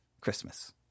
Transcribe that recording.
Christmas